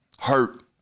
hurt